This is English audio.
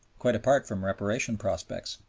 quite apart from reparation prospects.